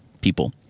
people